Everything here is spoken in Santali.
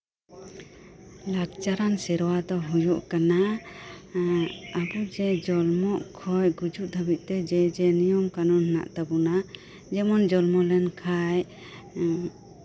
ᱞᱟᱠᱪᱟᱨᱟᱱ ᱥᱮᱨᱣᱟ ᱫᱚ ᱦᱩᱭᱩᱜ ᱠᱟᱱᱟ ᱟᱵᱩ ᱡᱟᱛᱤ ᱨᱮ ᱡᱚᱱᱢᱚᱜ ᱠᱷᱚᱡ ᱜᱩᱡᱩᱜ ᱫᱷᱟᱹᱵᱤᱡ ᱛᱮ ᱡᱮᱼᱡᱮ ᱱᱤᱭᱚᱢ ᱠᱟᱱᱩᱱ ᱦᱮᱱᱟᱜ ᱛᱟᱵᱚᱱᱟ ᱡᱮᱢᱚᱱ ᱡᱚᱱᱢᱚ ᱞᱮᱱ ᱠᱷᱟᱡ